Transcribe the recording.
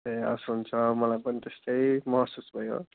ए हवस् हुन्छ मलाई पनि त्यस्तै महसुस भयो